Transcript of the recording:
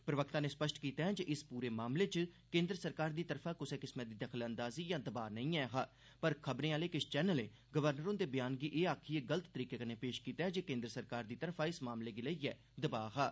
प्रवक्ता नै स्पष्ट कीता ऐ जे इस पूरे मामले च केन्द्र सरकार दी तरफा कुसा किस्मै दी दखलंदाजी यां दबाऽ नेई ऐ हा पर खबरें आह्ले किश चैनलें गवर्नर हुंदे बयान गी एह् आखियै गलत तरीके कन्नै पेश कीता ऐ जे केन्द्र सरकार दी तरफा इस मामले गी लेइयै दबाऽ हा